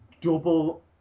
double